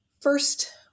first